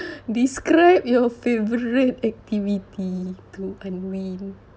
describe your favourite activity to unwind